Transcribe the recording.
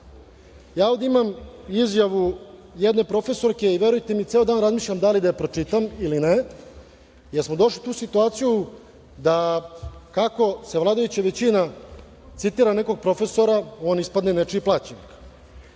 Ja ovde imam izjavu jedne profesorke, i verujte mi, ceo dan razmišljam da li da je pročitam ili ne, jer smo došli u tu situaciju da kako se vladajuća većina citira nekog profesora, on ispadne nečiji plaćenik.